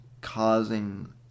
causing